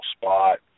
spot